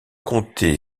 comté